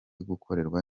gukorerwa